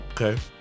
Okay